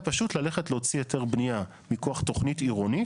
פשוט ללכת להוציא היתר בנייה מכוח תוכנית עירונית,